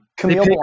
Camille